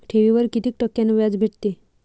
ठेवीवर कितीक टक्क्यान व्याज भेटते?